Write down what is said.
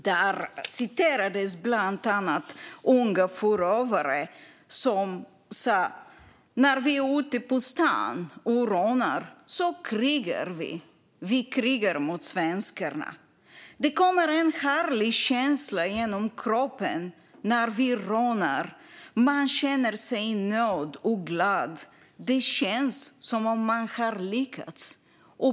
Där citerades bland annat unga förövare som sa: När vi är ute på stan och rånar krigar vi. Vi krigar mot svenskarna. Det kommer en härlig känsla genom kroppen när vi rånar. Man känner sig nöjd och glad. Det känns som om man har lyckats.